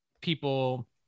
people